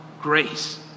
Grace